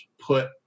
put